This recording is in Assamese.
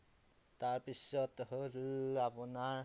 তাৰ পিছত হ'ল আপোনাৰ